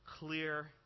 clear